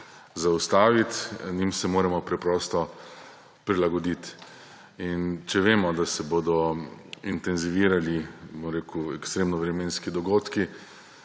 zaustaviti, njim se moramo preprosto prilagoditi. In če vemo, da se bodo intenzivirali ekstremni vremenski dogodki,